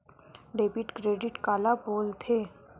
Debit credit काला बोल थे?